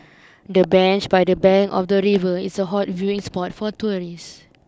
the bench by the bank of the river is a hot viewing spot for tourists